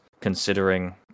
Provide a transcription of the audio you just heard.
considering